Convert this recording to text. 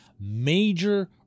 major